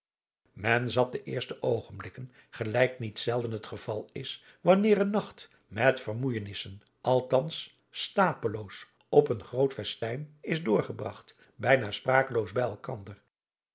men zat de eerste oogenblikken gelijk niet zelden het geval is wanneer een nacht met vermoeijenissen althans stapeloos op een groot festijn is doorgebragt bijna sprakeloos bij elkander